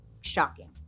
shocking